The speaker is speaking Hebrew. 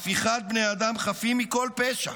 הפיכת בני אדם חפים מכל פשע,